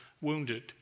wounded